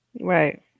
Right